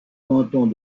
cantons